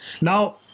Now